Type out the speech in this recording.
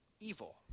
evil